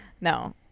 no